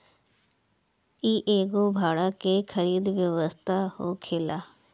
इ एगो भाड़ा के खरीद व्यवस्था होखेला